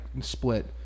split